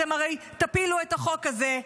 אתם הרי תפילו את החוק הזה,